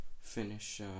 finish